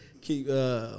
Keep